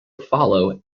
follow